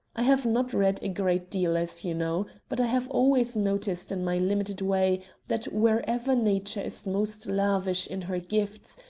i have not read a great deal, as you know, but i have always noticed in my limited way that wherever nature is most lavish in her gifts,